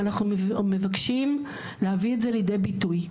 אנחנו מבקשים להביא את זה לידי ביטוי.